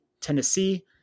Tennessee